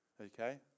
Okay